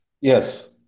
Yes